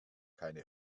keine